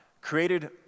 created